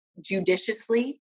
judiciously